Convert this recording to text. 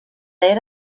era